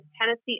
Tennessee